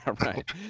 right